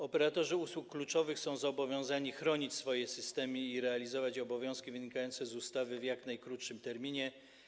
Operatorzy usług kluczowych są zobowiązani chronić swoje systemy i realizować obowiązki wynikające z ustawy w jak najkrótszym terminie.